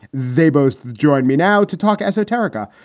they both join me now to talk esoterica.